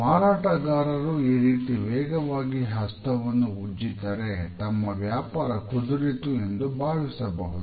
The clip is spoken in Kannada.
ಮಾರಾಟಗಾರರು ಈ ರೀತಿ ವೇಗವಾಗಿ ಹಸ್ತವನ್ನು ಉಜ್ಜಿದರೆ ತಮ್ಮ ವ್ಯಾಪಾರ ಕುದುರಿತು ಎಂದು ಭಾವಿಸಬಹುದು